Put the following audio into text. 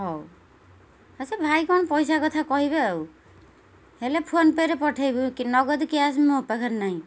ହଉ ଆଚ୍ଛା ଭାଇ କ'ଣ ପଇସା କଥା କହିବେ ଆଉ ହେଲେ ଫୋନ୍ ପେରେ ପଠେଇବୁ କି ନଗଦ କ୍ୟାସ୍ ମୋ ପାଖରେ ନାହିଁ